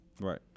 Right